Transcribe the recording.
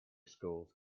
schools